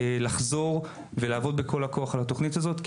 לחזור ולעבוד בכל הכוח על התוכנית הזאת,